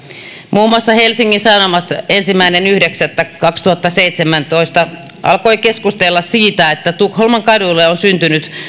muun muassa helsingin sanomat ensimmäinen yhdeksättä kaksituhattaseitsemäntoista alkoi keskustella siitä että tukholman kaduille on syntynyt